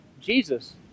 Jesus